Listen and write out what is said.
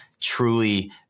truly